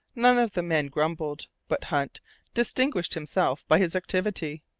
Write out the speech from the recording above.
none of the men grumbled, but hunt distinguished himself by his activity.